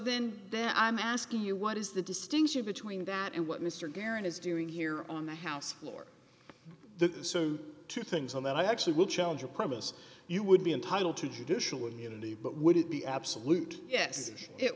then then i'm asking you what is the distinction between that and what mr garin is doing here on the house floor the so two things on that i actually would challenge a promise you would be entitled to judicial immunity but would it be absolute yes it